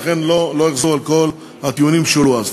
ולכן אני לא אחזור על כל הטיעונים שהועלו אז.